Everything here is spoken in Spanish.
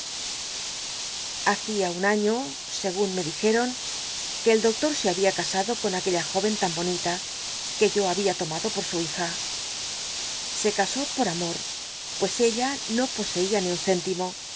hacia un año segun me dijeron que el doclor se babia casado con aquella jó en tan bonita que yo babia tomado por su bija se casó pot amor pues ella no poseía ni un céntimo